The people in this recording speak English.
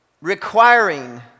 requiring